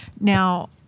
now